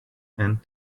and